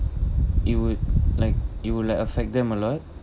it would like it would like affect them a lot